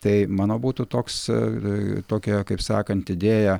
tai mano būtų toks a tokia kaip sakant idėja